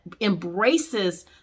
embraces